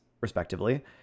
respectively